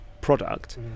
product